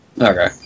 Okay